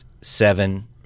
seven